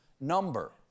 number